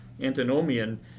antinomian